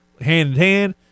hand-in-hand